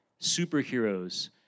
superheroes